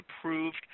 approved